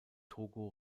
togo